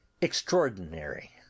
extraordinary